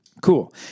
Cool